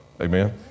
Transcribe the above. Amen